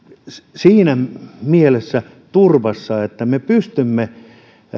siinä mielessä turvassa että me pystymme